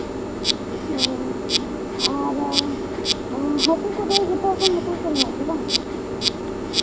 ᱦᱮᱸ ᱟᱨ ᱦᱟᱹᱠᱩ ᱠᱚᱫᱚ ᱡᱚᱛᱚ ᱨᱚᱠᱚᱢ ᱦᱟᱹᱠᱩ ᱠᱚᱠᱚ ᱧᱟᱢᱚᱜ ᱜᱮᱭᱟ ᱵᱟᱝ